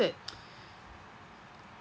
that